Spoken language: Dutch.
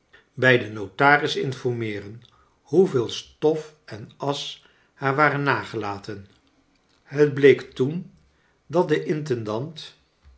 bij den nota ris informeeren hoeveel stof en asch haar waren nagelaten het bleek toen dat de intendant